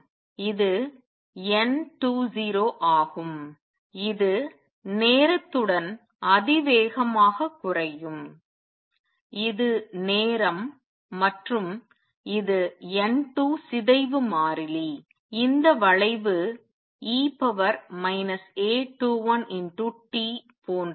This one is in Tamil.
இது N20 ஆகும் இது நேரத்துடன் அதிவேகமாக குறையும் இது நேரம் மற்றும் இது N2 சிதைவு மாறிலி இந்த வளைவு e A21tபோன்றது